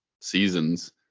seasons